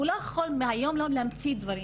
הוא לא יכול מהיום להיום להמציא דברים.